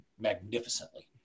magnificently